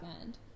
end